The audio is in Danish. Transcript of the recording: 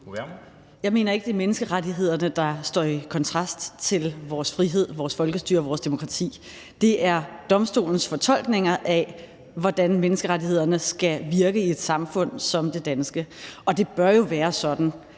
Jeg mener ikke, at det er menneskerettighederne, der står i kontrast til vores frihed, vores folkestyre, vores demokrati. Det er domstolens fortolkninger af, hvordan menneskerettighederne skal virke i et samfund som det danske. Og det bør jo være sådan,